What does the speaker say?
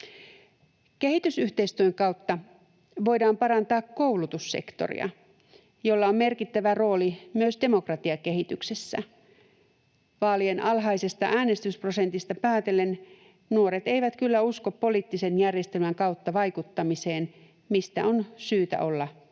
Kehitysyhteistyön kautta voidaan parantaa koulutussektoria, jolla on merkittävä rooli myös demokratiakehityksessä. Vaalien alhaisesta äänestysprosentista päätellen nuoret eivät kyllä usko poliittisen järjestelmän kautta vaikuttamiseen, mistä on syytä olla huolissaan.